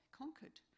conquered